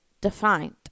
defined